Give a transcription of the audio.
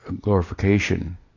glorification